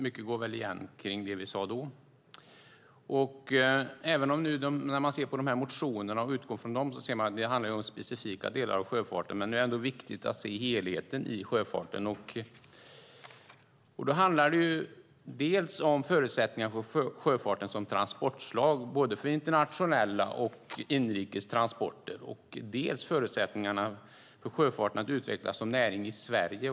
Mycket av det vi sade då går väl igen. Om man ser på de här motionerna och utgår från dem ser man att det handlar om specifika delar av sjöfarten, men det är ändå viktigt att se helheten i sjöfarten. Det handlar dels om förutsättningar för sjöfarten som transportslag, för internationella och inrikes transporter, dels om förutsättningar för sjöfarten att utvecklas som näring i Sverige.